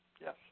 yes